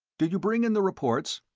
did you bring in the reports?